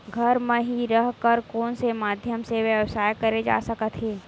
घर म हि रह कर कोन माध्यम से व्यवसाय करे जा सकत हे?